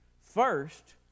first